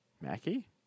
Mackie